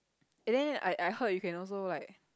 and then I I heard you can also like